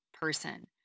person